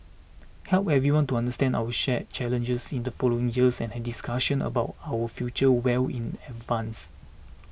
help everyone to understand our shared challenges in the following years and discussions about our future well in advance